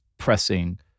pressing